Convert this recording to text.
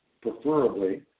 preferably